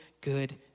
good